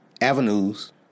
avenues